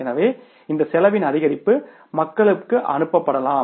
எனவே இந்த செலவின் அதிகரிப்பு மக்களுக்கு அனுப்பப்படலாம்